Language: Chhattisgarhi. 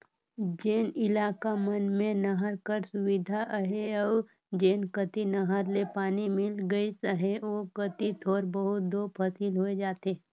जेन इलाका मन में नहर कर सुबिधा अहे अउ जेन कती नहर ले पानी मिल गइस अहे ओ कती थोर बहुत दो फसिल होए जाथे